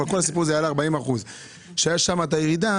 אבל כל הסיפור היה על 40% שהייתה שם את הירידה,